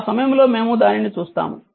ఆ సమయంలో మేము దానిని చూస్తాము